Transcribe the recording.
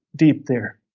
deep there